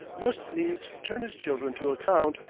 must needs turn his children to account,